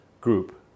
Group